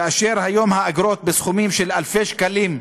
כאשר כיום האגרות הן בסכומים של אלפי שקלים,